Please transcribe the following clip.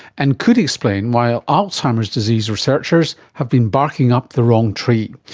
and could explain why ah alzheimer's disease researchers have been barking up the wrong tree.